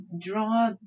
draw